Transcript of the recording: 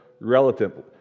relatively